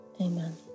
Amen